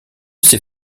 ses